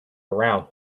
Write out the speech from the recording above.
around